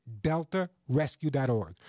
DeltaRescue.org